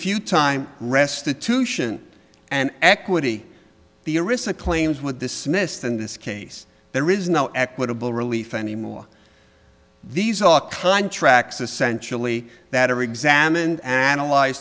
few time restitution and equity the arista claims with this semester in this case there is no equitable relief anymore these are contracts essentially that are examined analyze